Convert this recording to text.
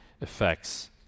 effects